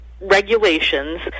regulations